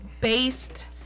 based